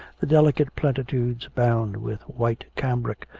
the delicate plenitudes bound with white cambric,